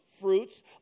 fruits